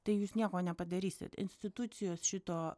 tai jūs nieko nepadarysit institucijos šito